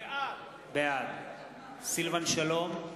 בעד סילבן שלום,